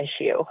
issue